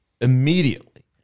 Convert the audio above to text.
Immediately